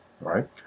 right